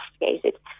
investigated